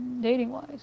Dating-wise